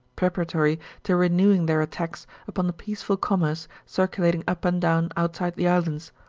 preparatory to renewing their attacks upon the peaceful commerce circulating up and down outside the islands,